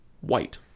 white